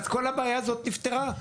אז כל הבעיה נפתרה,